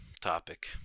topic